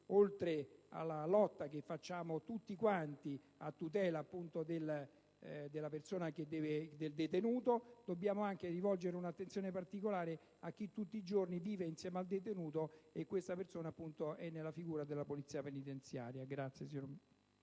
oltre alla lotta che noi tutti portiamo avanti a tutela della persona del detenuto, dobbiamo anche rivolgere un'attenzione particolare a chi tutti i giorni vive insieme al detenuto: e questa persona è nella figura della Polizia penitenziaria. **Per